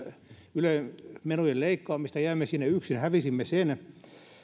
ylen menojen leikkaamista jäimme siinä yksin hävisimme sen